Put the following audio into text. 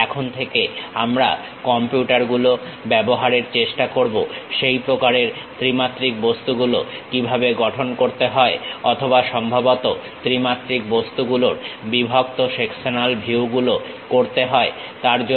এখন থেকে আমরা কম্পিউটার গুলো ব্যবহারের চেষ্টা করবো সেই প্রকারের ত্রিমাত্রিক বস্তুগুলো কিভাবে গঠন করতে হয় অথবা সম্ভবত ত্রিমাত্রিক বস্তুগুলোর বিভক্ত সেকশনাল ভিউ গুলো করতে হয় তার জন্য